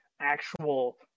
actual